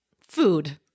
food